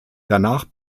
danach